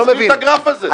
שיסביר את הגרף הזה.